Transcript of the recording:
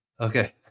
Okay